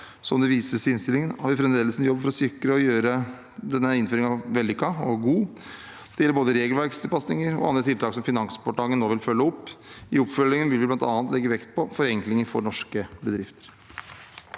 Som det vises til i innstillingen, har vi fremdeles en jobb å gjøre for å sikre at denne innføringen blir vellykket og god. Det gjelder både regelverkstilpasninger og andre tiltak som Finansdepartementet nå vil følge opp. I oppfølgingen vil vi bl.a. legge vekt på forenklinger for norske bedrifter.